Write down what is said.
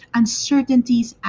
uncertainties